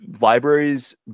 libraries